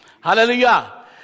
Hallelujah